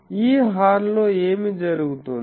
ఈ హార్న్ లో ఏమి జరుగుతుంది